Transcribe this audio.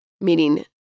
meaning